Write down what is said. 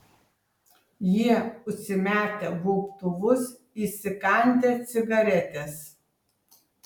jie užsimetę gobtuvus įsikandę cigaretes